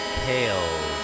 pale